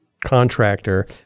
contractor